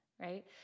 right